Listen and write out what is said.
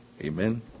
Amen